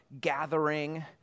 gathering